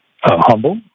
humble